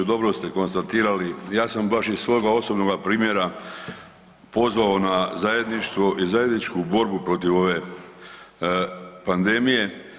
Dobro ste konstatirali, ja sam baš iz svoga osobnoga primjera pozvao na zajedništvo i zajedničku borbu protiv ove pandemije.